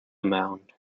mound